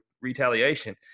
retaliation